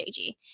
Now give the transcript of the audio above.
JG